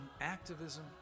activism